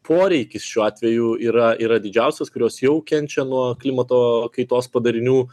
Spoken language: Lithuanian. poreikis šiuo atveju yra yra didžiausias kurios jau kenčia nuo klimato kaitos padarinių